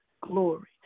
glory